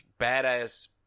badass